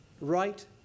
right